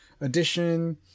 edition